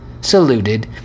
saluted